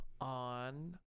on